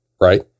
right